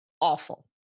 awful